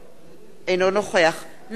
אינו נוכח נחמן שי,